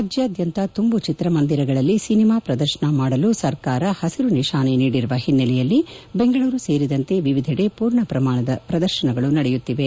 ರಾಜ್ಯಾದ್ಯಂತ ತುಂಬು ಚಿತ್ರಮಂದಿರಗಳಲ್ಲಿ ಸಿನಿಮಾ ಪ್ರದರ್ಶನ ಮಾಡಲು ಸರ್ಕಾರ ಪಸಿರು ನಿಶಾನೆ ನೀಡಿರುವ ಹಿನ್ನಲೆಯಲ್ಲಿ ಬೆಂಗಳೂರು ಸೇರಿದಂತೆ ವಿವಿಧಡೆ ಪೂರ್ಣ ಪ್ರಮಾಣದ ಪ್ರದರ್ಶನಗಳು ನಡೆಯುತ್ತಿವೆ